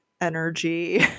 energy